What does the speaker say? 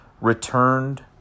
returned